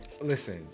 listen